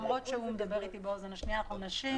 למרות שהוא מדבר איתי באוזן השנייה אנחנו נשים,